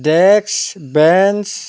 desk bench